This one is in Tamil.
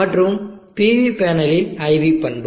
மற்றும் இது PV பேனலின் IV பண்புகள்